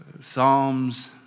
Psalms